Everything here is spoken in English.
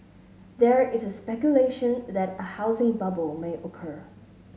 there is speculation that a housing bubble may occur